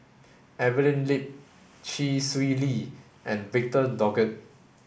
Evelyn Lip Chee Swee Lee and Victor Doggett